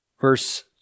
verse